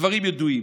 הדברים ידועים.